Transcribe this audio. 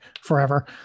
forever